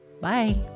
Bye